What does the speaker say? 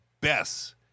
best